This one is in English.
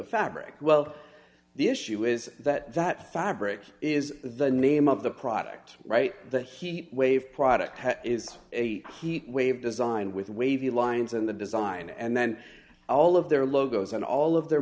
a fabric well the issue is that that fabric is the name of the product right that heat wave product is a heat wave designed with wavy lines in the design and then all of their logos and all of their